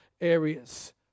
areas